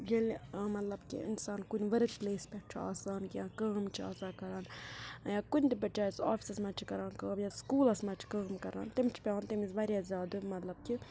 ییٚلہِ مطلب کہِ اِنسان کُنہِ ؤرٕک پٕلیس پٮ۪ٹھ چھُ آسان کیٚنٛہہ کٲم چھِ آسان کَران یا کُنہِ تہِ پَتہٕ چاہے سُہ آفِسَس منٛز چھِ کَران کٲم یا سکوٗلَس مَنٛز چھِ کٲم کَران تٔمِس چھِ پٮ۪وان تَمہِ وِزِ واریاہ زیادٕ مطلب کہِ